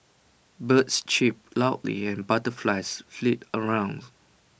birds chip loudly and butterflies flit around